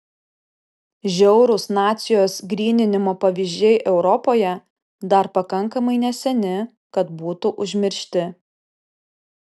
žiaurūs nacijos gryninimo pavyzdžiai europoje dar pakankamai neseni kad būtų užmiršti